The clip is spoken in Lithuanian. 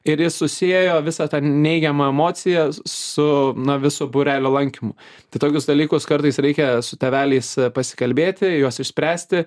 ir jis susiejo visą tą neigiamą emociją su na visu būrelio lankymu tai tokius dalykus kartais reikia su tėveliais pasikalbėti juos išspręsti